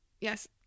Yes